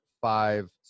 five